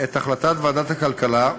את החלטת ועדת הכלכלה,